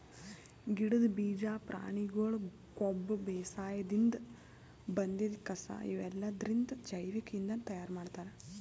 ಗಿಡದ್ ಬೀಜಾ ಪ್ರಾಣಿಗೊಳ್ ಕೊಬ್ಬ ಬೇಸಾಯದಿನ್ದ್ ಬಂದಿದ್ ಕಸಾ ಇವೆಲ್ಲದ್ರಿಂದ್ ಜೈವಿಕ್ ಇಂಧನ್ ತಯಾರ್ ಮಾಡ್ತಾರ್